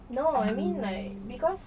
no I mean like because